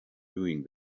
doing